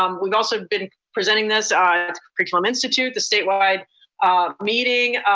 um we've also been presenting this curriculum institute, the statewide meeting.